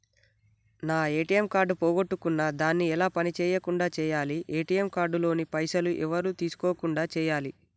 నా ATM card పోగొట్టుకున్నా దాన్ని ఎలా పని చేయకుండా చేయాలి ఏ.టి.ఎమ్ కార్డు లోని పైసలు ఎవరు తీసుకోకుండా చేయాలి?